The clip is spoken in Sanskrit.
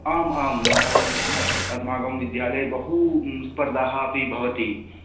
आम् आम् अस् अस्माकं विद्यालये बहुस्पर्धाः अपि भवति